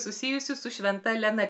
susijusi su šventa lena